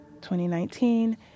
2019